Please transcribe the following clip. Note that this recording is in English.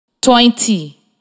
twenty